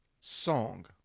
song